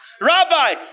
rabbi